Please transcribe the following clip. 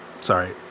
Sorry